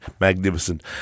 magnificent